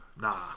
Nah